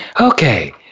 Okay